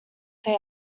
say